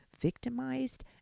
victimized